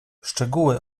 szczegóły